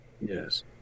Yes